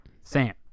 Sam